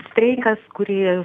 streikas kurį